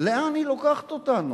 לאן היא לוקחת אותנו?